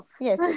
yes